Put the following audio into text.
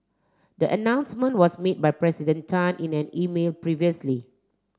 the announcement was made by President Tan in an email previously